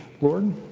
Lord